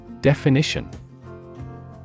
Definition